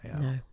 no